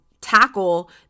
tackle